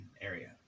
area